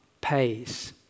pays